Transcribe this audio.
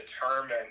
determined